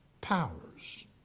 powers